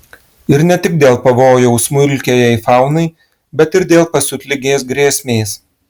ir ne tik dėl pavojaus smulkiajai faunai bet ir dėl pasiutligės grėsmės